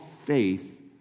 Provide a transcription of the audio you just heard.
faith